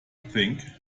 think